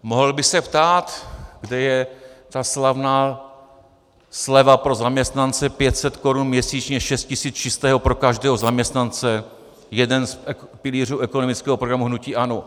Mohl bych se ptát: Kde je ta slavná sleva pro zaměstnance 500 korun měsíčně, 6 000 čistého pro každého zaměstnance, jeden z pilířů ekonomického programu hnutí ANO?.